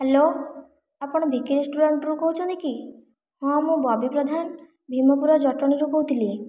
hello ଆପଣ ଭିକି ରେଷ୍ଟୁରାଣ୍ଟରୁ କହୁଛନ୍ତି କି ହଁ ମୁଁ ବବି ପ୍ରଧାନ ଭୀମପୁର ଜଟଣିରୁ କହୁଥିଲି